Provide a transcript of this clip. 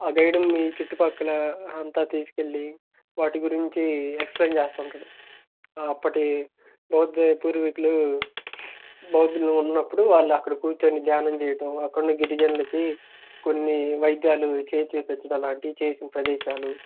ఆ గైడు మీ చుట్టుపక్కల అంతా తీసుకెళ్ళి వాటి గురించి ఎక్స్ప్లెయిన్ చేస్తా ఉంటాడు అప్పటి బౌద్ధ పూర్వీకులు బౌద్దులు ఉన్నప్పుడు వాళ్ళు అక్కడ కూర్చొని ధ్యానం చేయటం అక్కడున్న గిరిజనులకీ కొన్ని వైద్యాలు చేయించేసి చేసిన ప్రదేశాలు